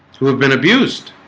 who have been abused?